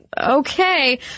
okay